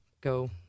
go